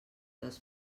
dels